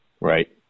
Right